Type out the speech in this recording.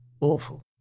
Awful